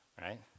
right